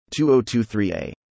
2023a